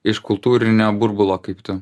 iš kultūrinio burbulo kaip tu